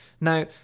Now